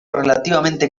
relativamente